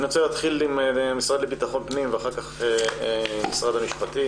אני רוצה להתחיל עם המשרד לביטחון פנים ואחר כך לשמוע את משרד המשפטים.